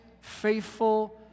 faithful